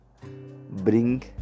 bring